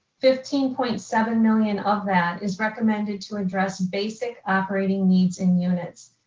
fifteen point seven million of that is recommended to address basic operating needs in units.